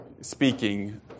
speaking